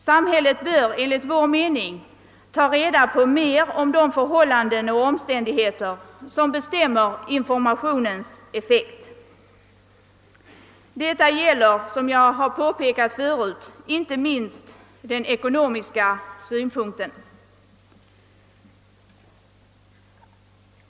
Samhället bör enligt vår mening ta reda på mer om de förhållanden och omständigheter som bestämmer informationens effekt. Detta gäller, som jag tidigare påpekat, inte minst den ekonomiska synpunkten.